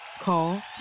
Call